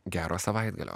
gero savaitgalio